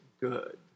good